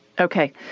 Okay